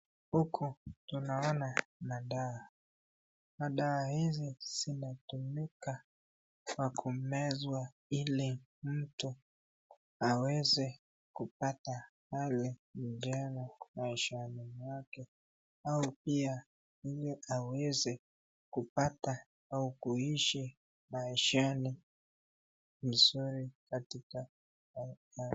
Huku tunaona madawa. Madawa hizi zinatumika kwa kumezwa ili mtu aweze kupata hali njema maishani mwake au pia aweze ili kupata au kuishi maishani mzuri katika aa...